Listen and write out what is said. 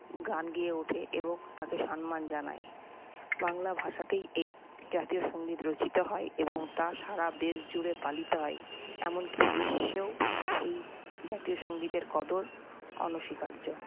গান গেয়ে ওঠে এবং তাকে সন্মান জানায় বাংলা ভাষাতেই এই জাতীয় সঙ্গীত রচিত হয় এবং তা সারা দেশ জুড়ে পালিত হয় এমনকি বিশ্বেও এই জাতীয় সঙ্গীতের কদর অনস্বীকার্য